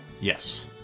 Yes